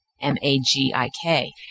M-A-G-I-K